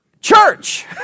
Church